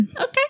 Okay